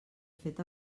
fet